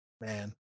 Man